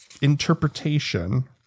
interpretation